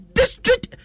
district